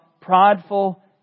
prideful